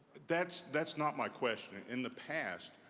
that's that's not my question. in the past,